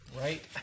Right